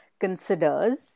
Considers